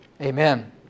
Amen